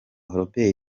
robert